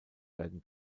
werden